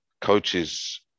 coaches